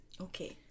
okay